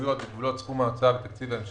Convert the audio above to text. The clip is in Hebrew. התחייבויות בגבולות סכום ההוצאה בתקציב ההמשכי,